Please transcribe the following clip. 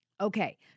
Okay